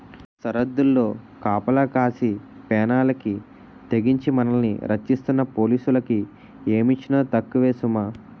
సరద్దుల్లో కాపలా కాసి పేనాలకి తెగించి మనల్ని రచ్చిస్తున్న పోలీసులకి ఏమిచ్చినా తక్కువే సుమా